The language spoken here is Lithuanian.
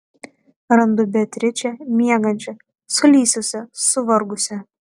randu beatričę miegančią sulysusią suvargusią